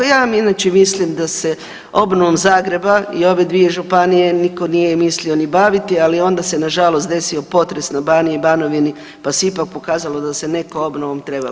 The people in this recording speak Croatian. Ja vam inače mislim da se obnovom Zagreba i ove dvije županije nitko nije mislio ni baviti, ali onda se nažalost desio potres na Baniji i Banovini, pa se ipak pokazalo da se netko obnovom treba baviti.